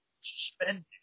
suspended